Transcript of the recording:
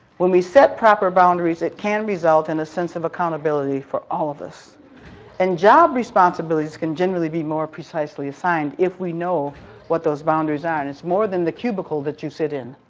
when we set proper boundaries, it can result in a sense of accountability for all of us and job responsibilities can generally be more precisely assigned if we know what those boundaries, ah and it's more than the cubicle that you sit in.